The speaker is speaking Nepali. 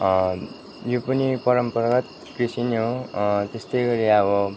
यो पनि परम्परागत कृषि नै हो त्यस्तै गरी अब